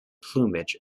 plumage